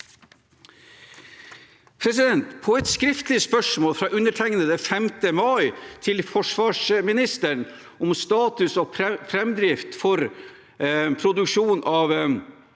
På et skriftlig spørsmål fra undertegnede til forsvarsministeren 5. mai, om status og framdrift for produksjon av